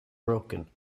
broken